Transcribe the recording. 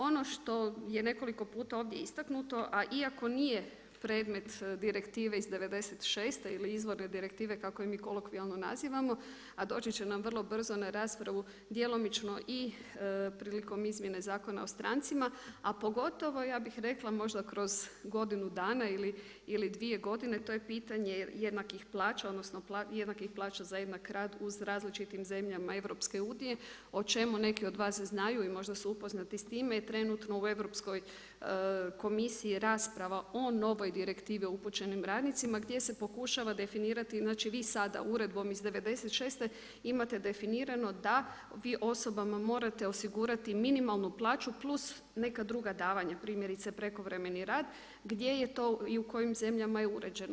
Ono što je nekoliko puta ovdje istaknuto a iako nije predmet direktive iz 96.-te ili izvorne direktive kako je mi kolokvijalno nazivamo a doći će nam vrlo brzo na raspravu djelomično i prilikom izmjene Zakona o strancima a pogotovo, ja bih rekla, možda kroz godinu dana ili dvije godine, to je pitanje jednakih plaća odnosno jednakih plaća za jednak rad u različitim zemljama EU o čemu neki od vas znaju i možda su upoznati s time je trenutno u Europskoj komisiji rasprava o novoj direktivi o upućenim radnicima gdje se pokušava definirati, znači vi sada uredbom iz '96. imate definirano da vi osobama morate osigurati minimalnu plaću plus neka druga davanja primjerice prekovremeni rad, gdje je to i u kojim zemljama je uređeno.